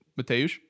Mateusz